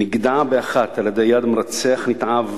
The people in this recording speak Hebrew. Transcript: נגדע באחת ביד מרצח נתעב